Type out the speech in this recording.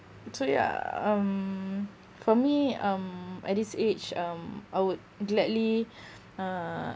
so yeah um for me um at this age um I would gladly uh